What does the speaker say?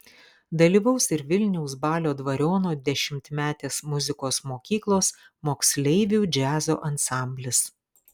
dalyvaus ir vilniaus balio dvariono dešimtmetės muzikos mokyklos moksleivių džiazo ansamblis